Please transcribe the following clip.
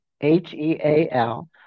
H-E-A-L